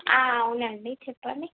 అవునండీ చెప్పండి